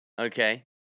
Okay